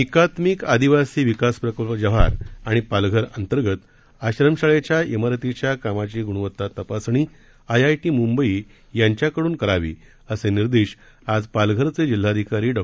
एकात्मिक आदिवासी विकास प्रकल्प जव्हार आणि पालघर अंतर्गत आश्रमशाळेच्या इमारतीच्या कामाची गुणवत्ता तपासणी आय आय टी मुंबई यांच्या कड्रन करण्यात यावी असे निर्देश आज पालघरचे जिल्हाधिकारी डॉ